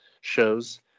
shows